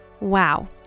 Wow